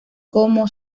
como